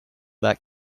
that